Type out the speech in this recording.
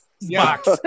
box